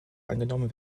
angenommen